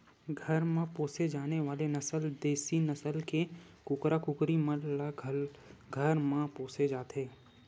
घर म पोसे जाने वाले नसल देसी नसल के कुकरा कुकरी मन ल घर म पोसे जाथे